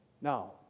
Now